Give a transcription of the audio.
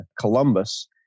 Columbus